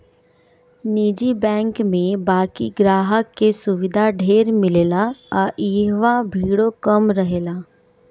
निजी बैंक में बाकि ग्राहक के सुविधा ढेर मिलेला आ इहवा भीड़ो कम रहेला